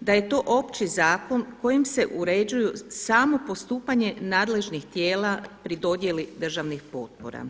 da je to opći zakon kojim se uređuju samo postupanje nadležnih tijela pri dodjeli državnih potpora.